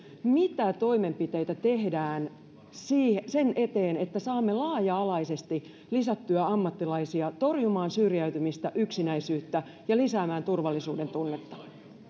mitä toimenpiteitä tehdään sen eteen että saamme laaja alaisesti lisättyä ammattilaisia torjumaan syrjäytymistä yksinäisyyttä ja lisäämään turvallisuudentunnetta